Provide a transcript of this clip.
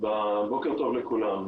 בוקר טוב לכולם.